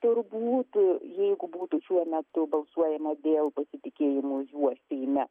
turbūt jeigu būtų šiuo metu balsuojama dėl pasitikėjimo juo seime